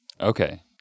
Okay